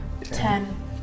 Ten